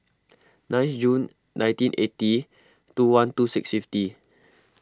nine June nineteen eighty two one two six fifty